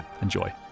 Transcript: Enjoy